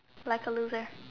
like a loser